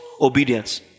obedience